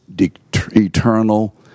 eternal